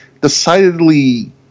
decidedly